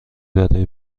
برای